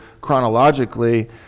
chronologically